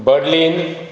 Berlin